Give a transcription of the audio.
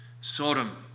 Sodom